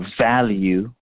value